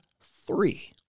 three